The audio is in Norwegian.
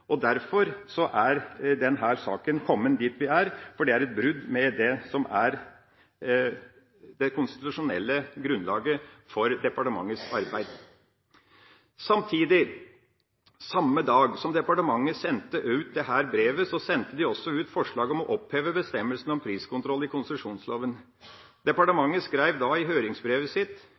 og derfor er denne saken kommet dit vi er, fordi det er et brudd med det konstitusjonelle grunnlaget for departementets arbeid. Samtidig, samme dag som departementet sendte ut dette brevet, sendte de også ut «Forslag om å oppheve bestemmelsene om «priskontroll» i konsesjonsloven». Departementet skrev da i høringsbrevet sitt: